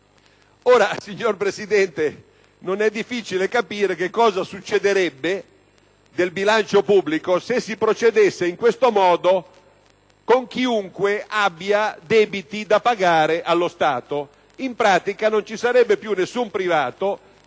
Signor Presidente, non è difficile capire cosa succederebbe del bilancio pubblico se si procedesse in questo modo con chiunque abbia debiti da pagare allo Stato. In pratica, non ci sarebbe più nessun privato